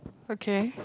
okay